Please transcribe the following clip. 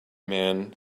man